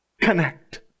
connect